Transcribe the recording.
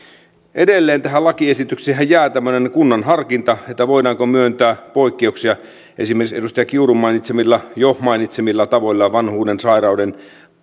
edelleenhän tähän lakiesitykseen jää tämmöinen kunnan harkinta voidaanko myöntää poikkeuksia esimerkiksi edustaja kiurun jo mainitsemilla tavoilla vanhuuden sairauden